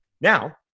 now